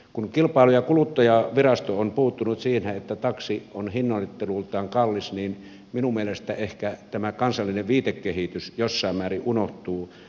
kun kilpailu ja kuluttajavirasto on puuttunut siihen että taksi on hinnoittelultaan kallis niin minun mielestäni ehkä tämä kansallinen viitekehys jossain määrin unohtuu